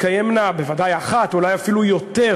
שתתקיימנה, ודאי אחת, אולי אפילו יותר,